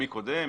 מי קודם,